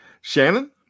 Shannon